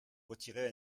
retirer